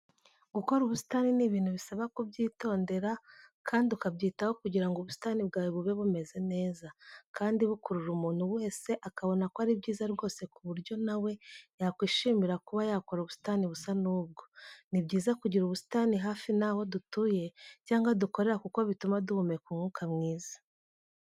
Gukora ubusitani ni ibintu bisaba ku byitondera kandi ukabyitaho kugira ngo ubusitani bwawe bube bumeze neza, kandi bukurura umuntu wese akabona ko ari byiza rwose ku buryo nawe yakwishimira kuba yakora ubusitani busa n'ubwo. Ni byiza kugira ubusitani hafi naho dutuye cyangwa dukorera kuko bituma duhumeka umwuka mwiza.